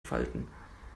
falten